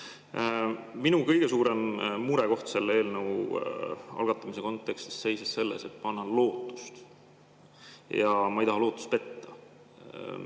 Minu kõige suurem murekoht selle eelnõu algatamise kontekstis seisnes selles, et ma annan lootust, aga ma ei taha lootust petta.